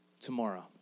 tomorrow